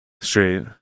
straight